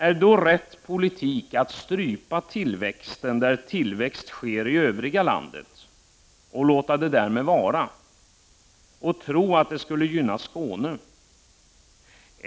Är det då rätt politik att strypa tillväxten i det övriga landet och låta det vara därmed, och tro att det skulle gynna Skåne?